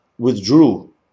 withdrew